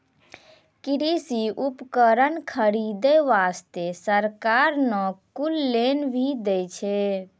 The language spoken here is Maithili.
कृषि उपकरण खरीदै वास्तॅ सरकार न कुल लोन भी दै छै